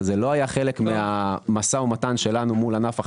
זה לא היה חלק מהמשא ומתן שלנו מול ענף החלב.